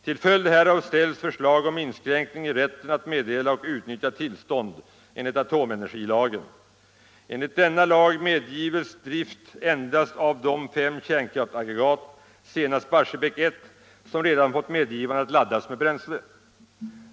Till följd härav framställs förslag om inskränkning i rätten att meddela och utnyttja tillstånd enligt atomenergilagen. Enligt denna lag medgives drift endast av de fem kärnkraftsaggregat — senast Barsebäck I — som redan fått medgivande att laddas med bränsle.